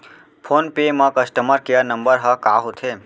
Phone पे म customer care number ह का होथे?